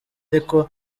ariko